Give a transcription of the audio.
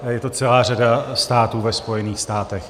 Je to celá řada států ve Spojených státech.